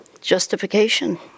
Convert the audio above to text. justification